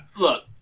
Look